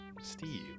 Steve